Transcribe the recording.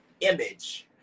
image